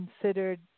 considered